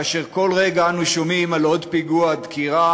כאשר כל רגע אנו שומעים על עוד פיגוע דקירה,